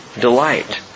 delight